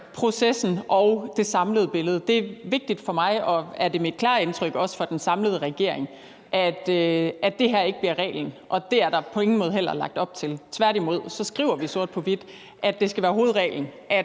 processen og det samlede billede. Det er vigtigt for mig, og det er mit klare indtryk, at det også gælder for den samlede regering, at det her ikke bliver reglen, og det er der heller ikke på nogen måde lagt op til. Tværtimod skriver vi sort på hvidt, at det skal være hovedreglen,